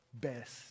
best